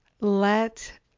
let